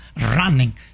running